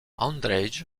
andrzej